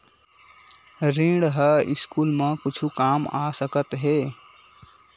ऋण ह स्कूल मा कुछु काम आ सकत हे?